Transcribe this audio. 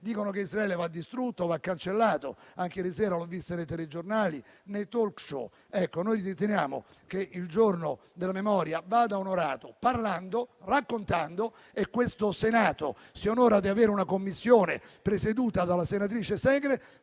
dicono che Israele va distrutto e va cancellato. Anche ieri sera li ho visti nei telegiornali e nei *talk show*. Noi riteniamo che il Giorno della memoria vada onorato, parlando e raccontando. Questo Senato si onora di avere una Commissione presieduta dalla senatrice Segre,